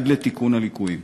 עד לתיקון הליקויים.